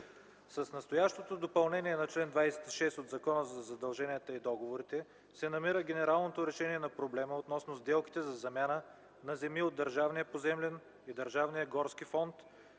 С настоящото допълнение на чл. 26 от Закона за задълженията и договорите се намира генералното решение на проблема относно сделките за замяна на земи от държавния поземлен и държавния горски фонд,